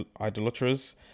idolaters